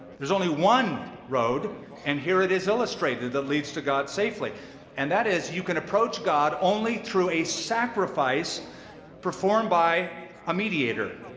there's only one road, and here it is illustrated, that leads to god safely and that is, you can approach god only through a sacrifice performed by a mediator.